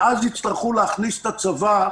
ואז יצטרכו להכניס את הצבא,